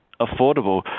affordable